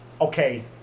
Okay